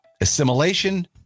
assimilation